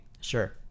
sure